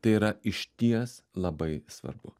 tai yra išties labai svarbu